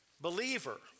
believer